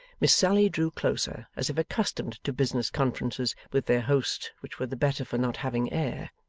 miss sally drew closer, as if accustomed to business conferences with their host which were the better for not having air.